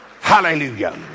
hallelujah